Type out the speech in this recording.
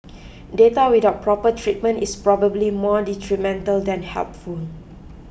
data without proper treatment is probably more detrimental than helpful